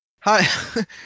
Hi